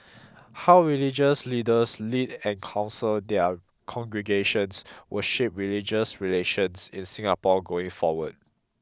how religious leaders lead and counsel their congregations will shape religious relations in Singapore going forward